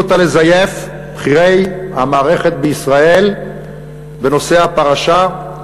אותה לזייף בכירי המערכת בישראל בנושא "הפרשה".